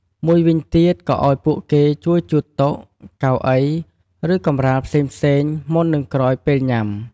មួយវិញទៀតក៏ឲ្យពួកគេជួយជូតតុ កៅអី ឬ កម្រាលផ្សេងៗមុន និងក្រោយពេលញ៉ាំ។